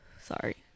Sorry